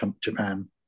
Japan